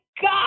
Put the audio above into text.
God